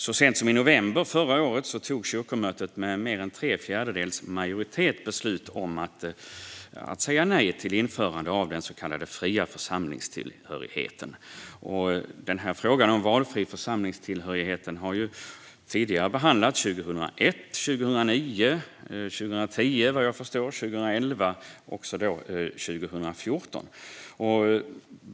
Så sent som i november förra året tog kyrkomötet med mer än tre fjärdedels majoritet beslut om att säga nej till införande av den så kallade fria församlingstillhörigheten. Frågan om valfri församlingstillhörighet har tidigare behandlats 2001, 2009, 2010, 2011 och 2014.